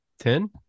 Ten